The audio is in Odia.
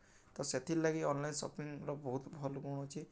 ତ ସେଥିର୍ଲାଗି ଅନ୍ଲାଇନ୍ ସପିଂର ବହୁତ୍ ଭଲ୍ ଗୁଣ୍ ଅଛେ